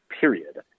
period